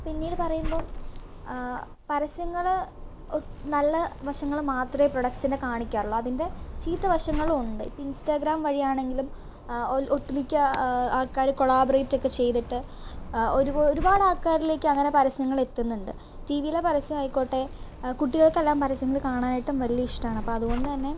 പിന്നീട് പറയുമ്പം പരസ്യങ്ങൾ ഒ നല്ല വശങ്ങൾ മാത്രമേ പ്രൊഡക്ട്സിന്റെ കാണിക്കാറുള്ളൂ അതിൻ്റെ ചീത്ത വശങ്ങളുമുണ്ട് ഇൻസ്റ്റാഗ്രാം വഴി ആണങ്കിലും ഒട്ടുമിക്ക ആൾക്കാർ കൊളാബ്രേറ്റ് ഒക്കെ ചെയ്തിട്ട് ഒരുപോ ഒരുപാടാൾക്കാരിലേക്ക് അങ്ങനെ പരസ്യങ്ങൾ എത്തുന്നുണ്ട് ടി വിയിലെ പരസ്യമായിക്കോട്ടെ കുട്ടികൾക്കെല്ലാം പരസ്യങ്ങൾ കാണാനായിട്ടും വലിയ ഇഷ്ടമാണ് അപ്പം അതുകൊണ്ടു തന്നെ